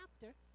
chapter